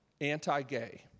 Anti-gay